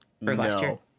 No